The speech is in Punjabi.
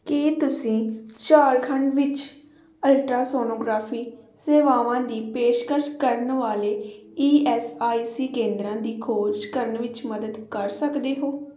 ਕੀ ਤੁਸੀਂ ਝਾਰਖੰਡ ਵਿੱਚ ਅਲਟਰਾਸੋਨੋਗ੍ਰਾਫੀ ਸੇਵਾਵਾਂ ਦੀ ਪੇਸ਼ਕਸ਼ ਕਰਨ ਵਾਲੇ ਈ ਐਸ ਆਈ ਸੀ ਕੇਂਦਰਾਂ ਦੀ ਖੋਜ ਕਰਨ ਵਿੱਚ ਮਦਦ ਕਰ ਸਕਦੇ ਹੋ